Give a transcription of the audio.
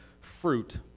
fruit